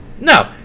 No